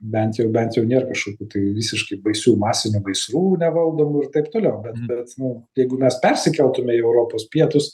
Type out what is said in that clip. bent jau bent jau nėr kažkokių tai visiškai baisių masinių gaisrų nevaldomų ir taip toliau bet bet nu jeigu mes persikeltume į europos pietus